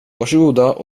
varsågoda